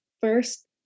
first